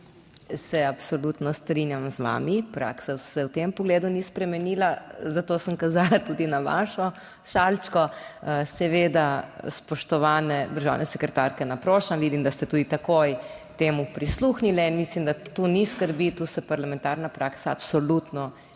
Se absolutno strinjam z vami, praksa se v tem pogledu ni spremenila, zato sem kazala tudi na vašo šalčko, seveda, spoštovane državne sekretarke, naprošam, vidim, da ste tudi takoj temu prisluhnili in mislim, da tu ni skrbi, tu se parlamentarna praksa absolutno ni